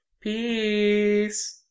Peace